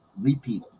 repeat